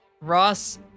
Ross